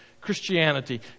Christianity